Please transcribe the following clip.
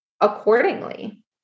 accordingly